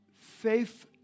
faith